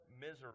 misery